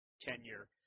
tenure